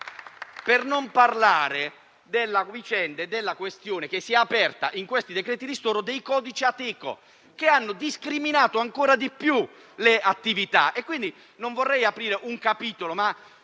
Non parliamo poi della questione che si è aperta con i decreti ristori sui codici Ateco, che hanno discriminato ancora di più le attività. Non vorrei aprire un capitolo, in